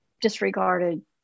disregarded